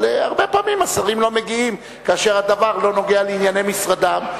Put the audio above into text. אבל הרבה פעמים השרים לא מגיעים כאשר הדבר לא נוגע לענייני משרדם,